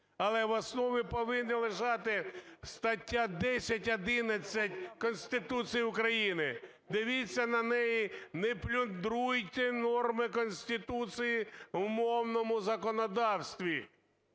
Але в основі повинна лежати стаття 10, 11 Конституції України. Дивіться на неї, не плюндруйте норми Конституції в мовному законодавстві.